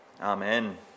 Amen